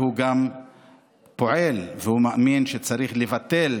הוא גם פועל, והוא מאמין שצריך לבטל